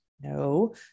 No